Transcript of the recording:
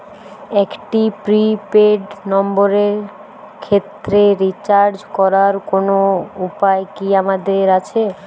একটি prepaid নম্বরের ক্ষেত্রে রিচার্জ করার কোনো উপায় কি আমাদের আছে?